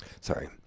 sorry